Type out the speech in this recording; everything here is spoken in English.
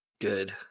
Good